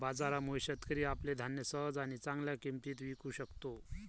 बाजारामुळे, शेतकरी आपले धान्य सहज आणि चांगल्या किंमतीत विकू शकतो